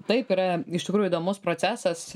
taip yra iš tikrųjų įdomus procesas